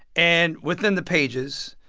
and within the pages,